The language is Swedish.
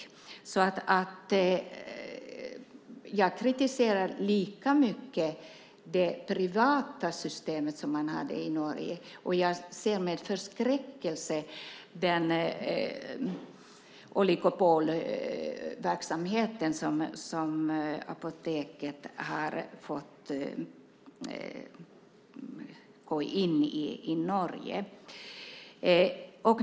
Jag kritiserar alltså lika mycket det privata system som fanns i Norge, och jag ser med förskräckelse på den oligopolverksamhet som apoteken i Norge gått in i.